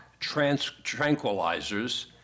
tranquilizers